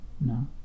No